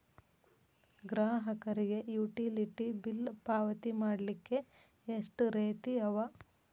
ಗ್ರಾಹಕರಿಗೆ utility bill ಪಾವತಿ ಮಾಡ್ಲಿಕ್ಕೆ ಎಷ್ಟ ರೇತಿ ಅವ?